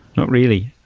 not really.